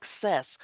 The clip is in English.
success